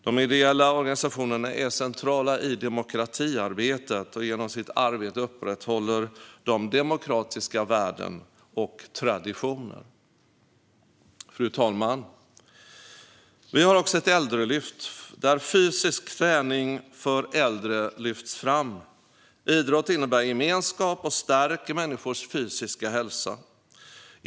De ideella organisationerna är centrala i demokratiarbetet, och genom sitt arbete upprätthåller de demokratiska värden och traditioner. Fru talman! Vi har också ett äldrelyft där fysisk träning för äldre lyfts fram. Idrott innebär gemenskap och stärker människors fysiska hälsa.